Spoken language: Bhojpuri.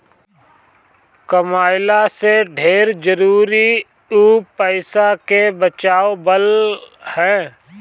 कमइला से ढेर जरुरी उ पईसा के बचावल हअ